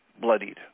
bloodied